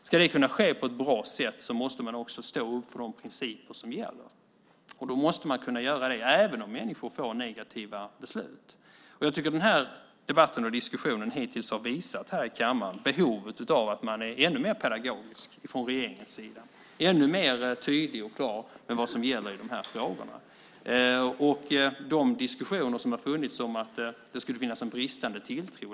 Ska det kunna ske på ett bra sätt måste man också stå upp för de principer som gäller, och då måste man kunna göra det även om människor får negativa beslut. Den här debatten och diskussionen hittills har här i kammaren visat behovet av att man är ännu mer pedagogisk från regeringens sida - ännu mer tydlig och klar med vad som gäller i de här frågorna. Det har funnits diskussioner om att det skulle finnas bristande tilltro.